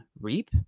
reap